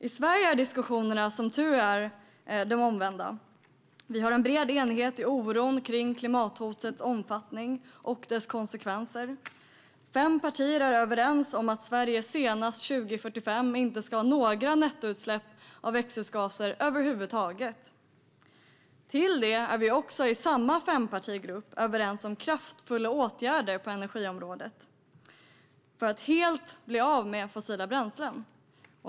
I Sverige är diskussionerna som tur är de omvända. Vi har en bred enighet i oron för klimathotets omfattning och dess konsekvenser. Fem partier är överens om att Sverige senast 2045 över huvud taget inte ska ha några nettoutsläpp av växthusgaser. Samma fempartigrupp är därtill överens om kraftfulla åtgärder på energiområdet för att helt bli av med fossila bränslen.